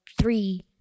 three